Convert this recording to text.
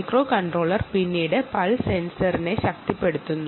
microcontroller പിന്നീട് pulse സെൻസറിനെ energise ചെയ്യുന്നു